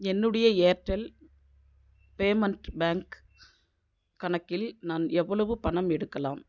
என்னுடைய Airtel payment bank கணக்கில் நான் எவ்வளவு பணம் எடுக்கலாம்